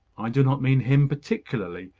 i do not mean him particularly,